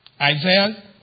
Isaiah